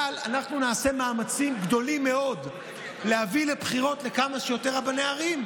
אבל אנחנו נעשה מאמצים גדולים מאוד להביא לבחירות לכמה שיותר רבני ערים.